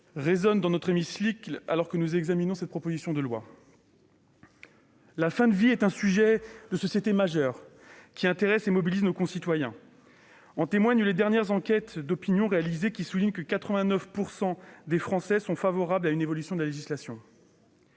résonnent dans notre hémicycle alors que nous examinons cette proposition de loi. La fin de vie est un sujet de société majeur, qui intéresse et mobilise nos concitoyens. En témoignent les dernières enquêtes d'opinion réalisées, selon lesquelles 89 % des Français sont favorables à une évolution de la législation.